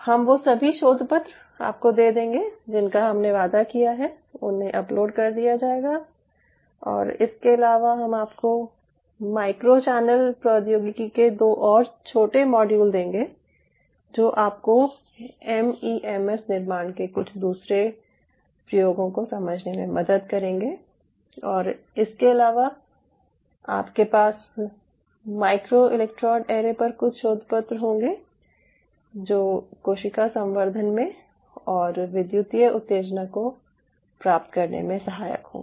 हम वो सभी शोधपत्र आपको दे देंगे जिनका हमने वादा किया है उन्हें अपलोड कर दिया जाएगा और इसके अलावा हम आपको माइक्रो चैनल प्रौद्योगिकी के 2 और छोटे मॉड्यूल देंगे जो आपको एमईएमएस निर्माण के कुछ दूसरे प्रयोगों को समझने में मदद करेंगे और इसके अलावा आपके पास माइक्रो इलेक्ट्रोड ऐरे पर कुछ शोधपत्र होंगे जो कोशिका संवर्धन में और विद्युतीय उत्तेजना को प्राप्त करने में सहायक होंगे